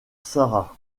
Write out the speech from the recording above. sarah